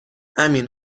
امین